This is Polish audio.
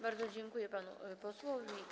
Bardzo dziękuję panu posłowi.